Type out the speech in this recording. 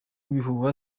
ibihuha